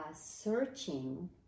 searching